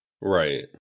Right